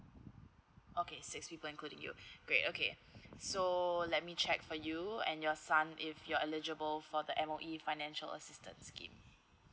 okay six people including you great okay so let me check for you and your son if you're eligible for the M_O_E financial assistance scheme